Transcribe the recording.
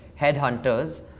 headhunters